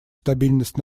стабильность